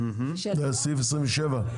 זה סעיף 27?